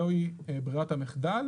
זוהי ברירת המחדל